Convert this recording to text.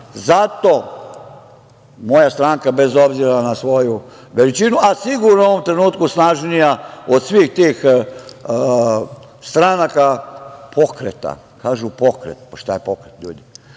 moja stranka, bez obzira na svoju veličinu, a sigurno je u ovom trenutku snažnija od svih tih stranaka, pokreta, kažu - pokret, a šta je pokret, ljudi,